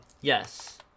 Yes